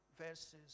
verses